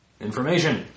Information